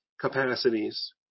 capacities